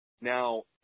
now